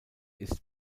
ist